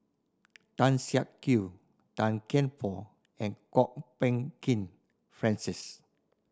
Tan Siak Kew Tan Kian Por and Kwok Peng Kin Francis